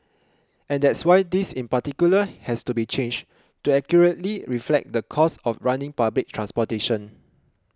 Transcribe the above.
and that's why this in particular has to be changed to accurately reflect the cost of running public transportation